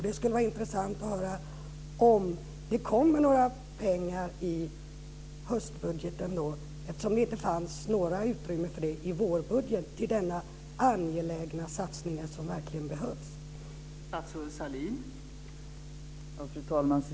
Det skulle vara intressant att höra om det kommer några pengar i höstbudgeten, eftersom det inte fanns något utrymme för denna angelägna satsning som verkligen behövs i vårbudgeten.